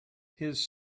his